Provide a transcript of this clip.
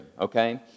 okay